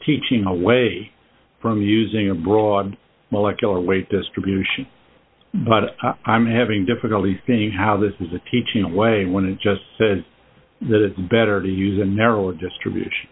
teaching away from using a broad molecular weight distribution but i'm having difficulty seeing how this is a teaching away when it just says that it's better to use a narrower distribution